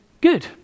good